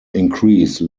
increase